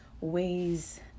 ways